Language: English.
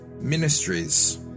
ministries